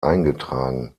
eingetragen